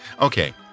Okay